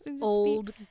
Old